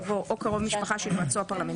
יבוא "או קרוב משפחה של יועצו הפרלמנטרי",